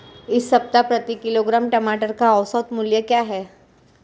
इस सप्ताह प्रति किलोग्राम टमाटर का औसत मूल्य क्या है?